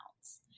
else